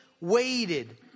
waited